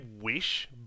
wish